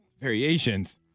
variations